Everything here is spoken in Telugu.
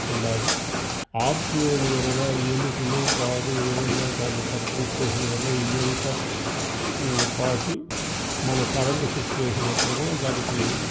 ఉండాలి ఆఫ్ చేయని యెడల ఎలుకలుపాడు ఏదన్నా దాన్ని కత్తరించేసిన యెడల ఇదంతా పాకి మనం కరెంటు స్విచ్ ఏసినప్పుడు కూడా దానికి